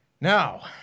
Now